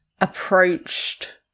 approached